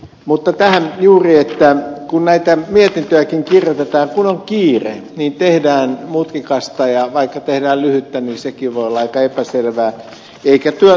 mutta tähän juuri että kun näitä mietintöjäkin kirjoitetaan ja kun on kiire niin tehdään mutkikasta ja vaikka tehdään lyhyttä niin sekin voi olla aika epäselvää